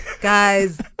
Guys